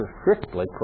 strictly